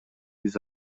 биз